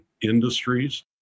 industries